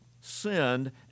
sinned